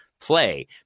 play